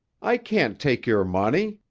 i can't take your money!